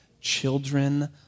Children